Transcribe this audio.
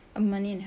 a money and house